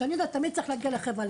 שאני יודעת תמיד צריך להגיע לחברה,